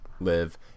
live